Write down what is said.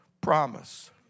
promise